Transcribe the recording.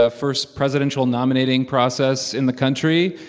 ah first presidential nominating process in the country.